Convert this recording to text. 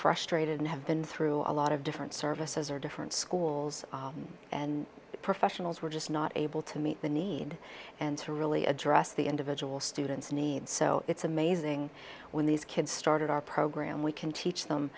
frustrated and have been through a lot of different services or different schools and professionals were just not able to meet the need and to really address the individual students need so it's amazing when these kids started our program we can teach them